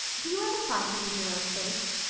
do you ever try to read your own face?